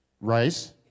rice